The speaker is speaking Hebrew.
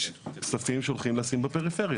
יש כספים שהולכים לשים בפריפריה.